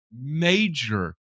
Major